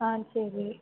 சரி